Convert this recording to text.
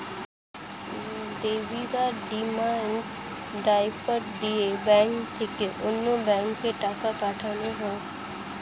দাবি বা demand draft দিয়ে ব্যাংক থেকে অন্য ব্যাংকে টাকা পাঠানো হয়